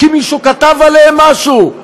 כי מישהו כתב עליהם משהו,